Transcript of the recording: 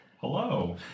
Hello